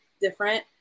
different